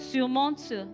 Surmonte